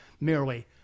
merely